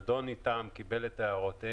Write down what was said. נדון איתם, קיבל את הערותיהם.